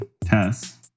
TESS